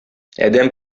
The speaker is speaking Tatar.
адәм